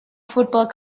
football